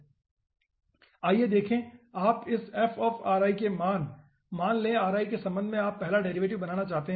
आइए देखें कि आप इस के लिए मान लें कि ri के संबंध में आप पहला डेरिवेटिव बनाना चाहते हैं